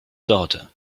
daughter